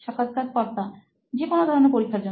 সাক্ষাৎকারকর্তা যে কোনো ধরনের পরীক্ষার জন্য